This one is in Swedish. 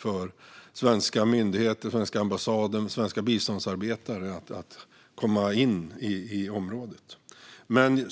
till området för svenska myndigheter, för den svenska ambassaden och för svenska biståndsarbetare.